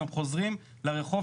הם חוזרים לרחוב,